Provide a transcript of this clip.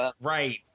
Right